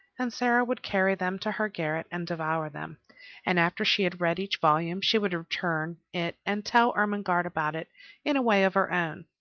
and sara would carry them to her garret and devour them and after she had read each volume, she would return it and tell ermengarde about it in a way of her own.